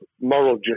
moral